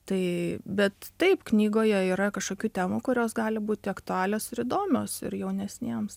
tai bet taip knygoje yra kažkokių temų kurios gali būti aktualios ir įdomios ir jaunesniems